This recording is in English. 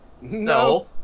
No